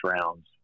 rounds